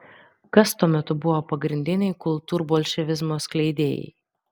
kas tuo metu buvo pagrindiniai kultūrbolševizmo skleidėjai